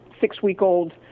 six-week-old